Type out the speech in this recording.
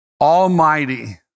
Almighty